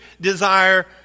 desire